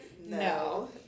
No